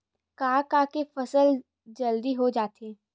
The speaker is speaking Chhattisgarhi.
का का के फसल जल्दी हो जाथे?